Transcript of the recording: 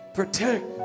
protect